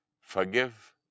Forgive